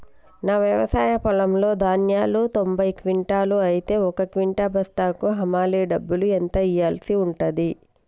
నా వ్యవసాయ పొలంలో ధాన్యాలు తొంభై క్వింటాలు అయితే ఒక క్వింటా బస్తాకు హమాలీ డబ్బులు ఎంత ఇయ్యాల్సి ఉంటది?